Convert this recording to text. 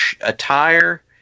attire